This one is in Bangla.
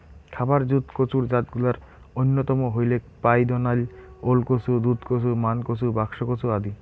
খাবার জুত কচুর জাতগুলার অইন্যতম হইলেক পাইদনাইল, ওলকচু, দুধকচু, মানকচু, বাক্সকচু আদি